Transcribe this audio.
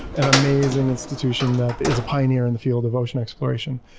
an amazing institution that is a pioneer in the field of ocean explorat ion.